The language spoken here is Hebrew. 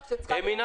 יעל